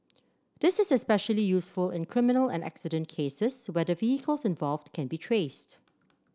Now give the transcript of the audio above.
this is especially useful in criminal and accident cases where the vehicles involved can be traced